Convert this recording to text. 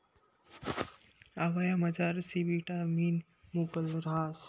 आवयामझार C vitamin मुकलं रहास